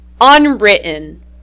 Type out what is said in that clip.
Unwritten